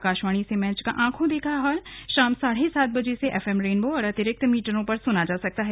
आकाशवाणी से मैच का ऑखों देखा हाल शाम साढ़े सात बजे से एफ एम रेनबो और अतिरिक्त मीटरों पर सुन जा सकता है